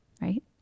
right